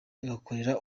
agakorera